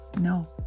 No